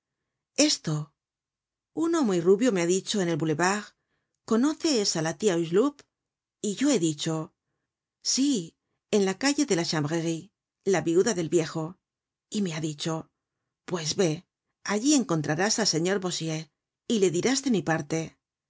esto uno muy rubio me ha dicho en el boulevard conoces á la tia hucheloup y yo he dicho sí en la calle de la chanvrerie la viuda del viejo y me ha dicho pues vé allí encontrarás al señor bossuet y le dirás de mi parte